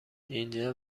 اینجا